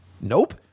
Nope